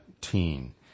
teen